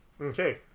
Okay